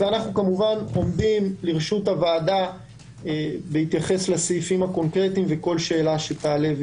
אנו עומדים לרשות הוועדה בהתייחס לסעיפים הקונקרטיים וכל שאלה שתעלה.